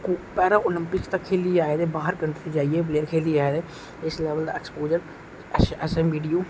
Paralympics तक खेली आए दे हर कंट्री च जाइयै खेली आए दे इस किस्म दा एक्सपोजर एसएमबीडीयू